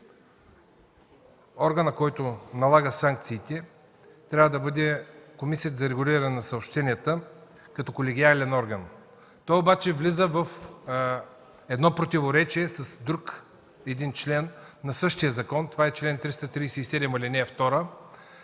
органът налагащ санкциите, трябва да бъде Комисията за регулиране на съобщенията като колегиален орган. Той обаче влиза в едно противоречие с друг член на същия закон, това е чл. 337, ал. 2,